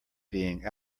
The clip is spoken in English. being